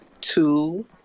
two